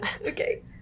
Okay